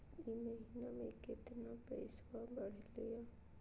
ई महीना मे कतना पैसवा बढ़लेया?